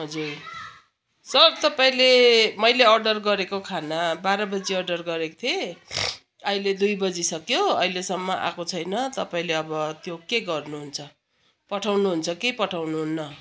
हजुर सर तपाईँले मैले अर्डर गरेको खाना बाह्र बजी अर्डर गरेको थिएँ अहिले दुई बजी सक्यो अहिलेसम्म आएको छैन तपाईँले अब त्यो के गर्नुहुन्छ पठाउनुहुन्छ कि पठाउनुहुन्न